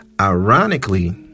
Ironically